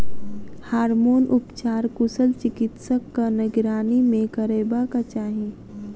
hormone उपचार कुशल चिकित्सकक निगरानी मे करयबाक चाही